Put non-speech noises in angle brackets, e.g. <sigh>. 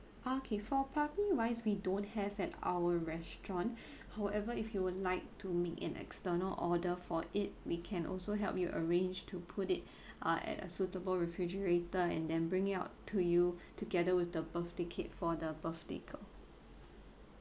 okay for party wise we don't have at our restaurant <breath> however if you would like to make an external order for it we can also help you arrange to put it uh at a suitable refrigerator and then bring it out to you together with the birthday cake for the birthday girl